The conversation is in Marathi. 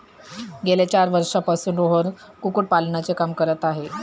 गेल्या चार वर्षांपासून रोहन कुक्कुटपालनाचे काम करत आहे